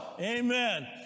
Amen